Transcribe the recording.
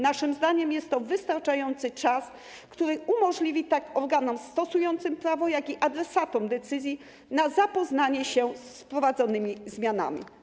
Naszym zdaniem jest to wystarczający czas, który umożliwi tak organom stosującym prawo, jak i adresatom decyzji zapoznanie się z wprowadzonymi zmianami.